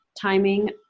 timing